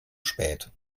spät